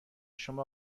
شما